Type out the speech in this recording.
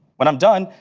when i'm done,